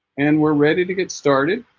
and we're ready to get started